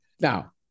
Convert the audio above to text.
Now